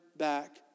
back